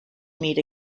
meet